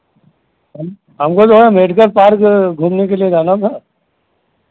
हमको जो है मेडिकल पार्क घूमने के लिए जाना था